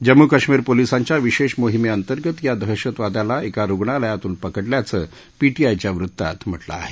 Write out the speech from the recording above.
जम्मू काश्मीर पोलिसांच्या विशेष मोहिमे अंतर्गत या दहशतवाद्याला एका रुग्णालयातून पकडल्याचं पीीआयच्या वृत्तात म्हाजिं आहे